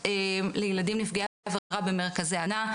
לילדים נפגעי עבירה במרכזי ההגנה.